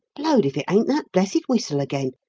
blowed if it ain't that blessed whistle again,